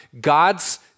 God's